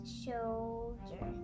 shoulder